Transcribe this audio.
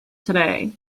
today